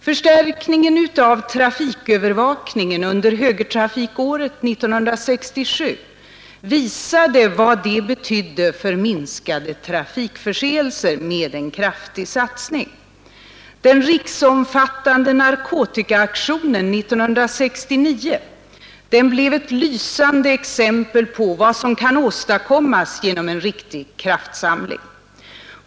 Förstärkningen av trafikövervakningen under högertrafikåret 1967 visade vad det betydde för minskade trafikförseelser med en kraftig satsning. Den riksomfattande narkotikaaktionen 1969 blev ett lysande exempel på vad som kan åstadkommas genom en kraftsamling.